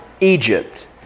Egypt